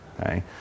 Okay